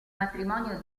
matrimonio